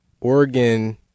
Oregon